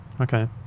okay